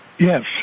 Yes